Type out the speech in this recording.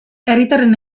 herritarren